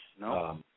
No